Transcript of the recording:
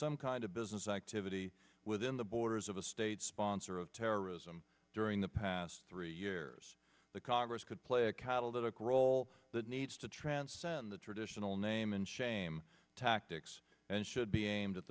some kind of business activity within the borders of a state sponsor of terrorism during the past three years the congress could play a catalytic role that needs to transcend the traditional name and shame tactics and should be aimed at